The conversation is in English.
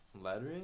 lettering